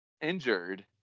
injured